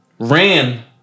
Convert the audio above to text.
Ran